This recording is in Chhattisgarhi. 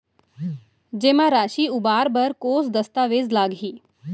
जेमा राशि उबार बर कोस दस्तावेज़ लागही?